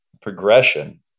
progression